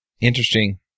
Interesting